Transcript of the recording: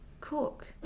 Cook